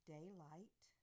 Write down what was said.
Daylight